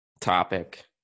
topic